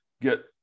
get